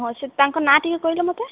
ହଁ ସେ ତାଙ୍କ ନାଁ ଟିକେ କହିଲେ ମୋତେ